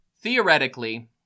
Theoretically